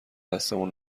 دستمون